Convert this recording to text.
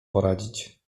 poradzić